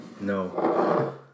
No